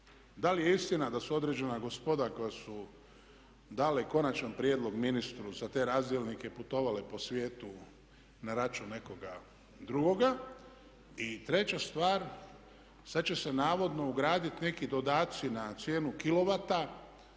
Da li je istina da su određena gospoda koja su dali konačan prijedlog ministru za te razdjelnike putovale po svijetu na račun nekoga drugoga. I treća stvar, sad će se navodno ugraditi neki dodaci na cijenu kilovata